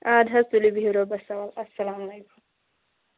اَد حظ تُلِو بِہِو رۄبَس حَوال اَلسلام علیکُم